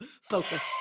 Focus